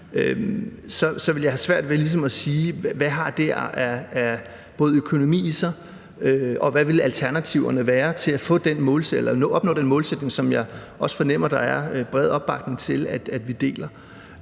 – vil jeg have svært ved ligesom at sige, både hvad det har af økonomi i sig, og hvad alternativerne vil være til at opnå den målsætning, som jeg fornemmer der også er bred opbakning til, og som jeg